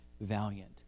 valiant